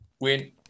Win